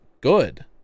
good